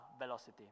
velocity